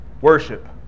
worship